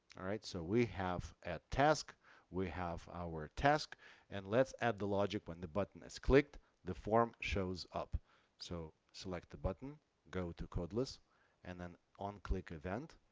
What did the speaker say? alright so we have a task we have our task and let's add the logic when the button is clicked the form shows up so select the button go to codeless and then on click event